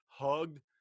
hugged